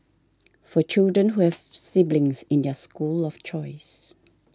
for children who have siblings in their school of choice